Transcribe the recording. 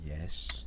Yes